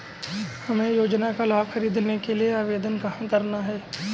हमें योजना का लाभ ख़रीदने के लिए आवेदन कहाँ करना है?